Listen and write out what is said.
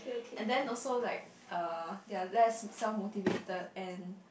and then also like uh they are less self motivated and